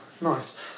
nice